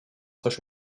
coś